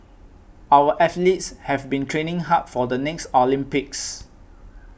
our athletes have been training hard for the next Olympics